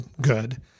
good